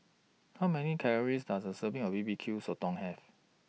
How Many Calories Does A Serving of B B Q Sotong Have